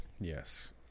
Yes